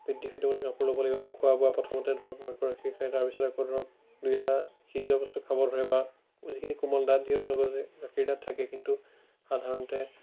বৃদ্ধি সেইটো মতে কাপোৰ ল'ব লাগিব বা খোৱা বোৱা প্ৰথমতে ধৰক মাকৰ গাখীৰ খায় তাৰপিছত আকৌ ধৰক দুই এটা সিজোৱা বস্তু খাব ধৰে বা যিখিনি কোমল দাঁত যিহেতু নগজে গাখীৰ দাঁত থাকে কিন্তু সাধাৰণতে